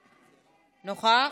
נוכח?